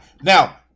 Now